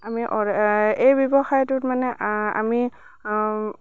আমি এই ব্যৱসায়টোত মানে আমি